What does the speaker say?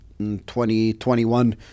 2021